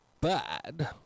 bad